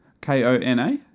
k-o-n-a